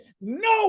no